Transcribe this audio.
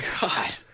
God